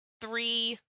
three